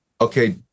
okay